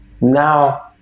now